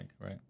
right